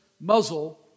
muzzle